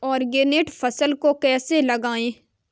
Organic फसल को कैसे उगाएँ?